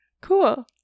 Cool